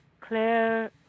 Claire